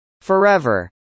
forever